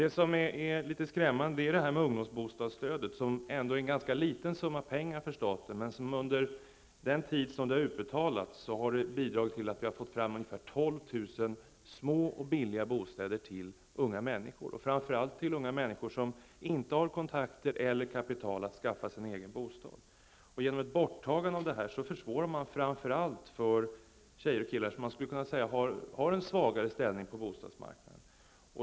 Det som emellertid är litet skrämmande gäller ungdomsbostadsstödet, som ändå innebär en ganska liten summa pengar för staten men som under den tid som det har utbetalats har bidragit till att man har fått fram ungefär 12 000 små och billiga bostäder till unga människor, och framför allt till unga människor som inte har kontakter eller kapital för att skaffa sig en egen bostad. Genom ett borttagande av detta försvårar man framför allt för de tjejer och killar som har en svagare ställning på bostadsmarknaden.